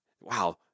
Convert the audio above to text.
Wow